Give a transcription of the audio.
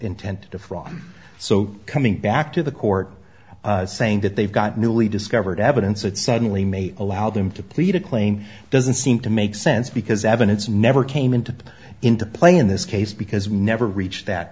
intent to fraud so coming back to the court saying that they've got newly discovered evidence that suddenly may allow them to plead a clane doesn't seem to make sense because evidence never came into play into play in this case because we never reached that